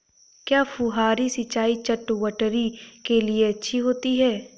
क्या फुहारी सिंचाई चटवटरी के लिए अच्छी होती है?